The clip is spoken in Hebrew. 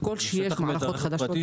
ככל שיש מערכות חדשות --- שטח מת על רכב פרטי